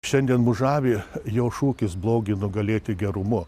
šiandien mus žavi jo šūkis blogį nugalėti gerumu